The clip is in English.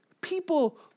people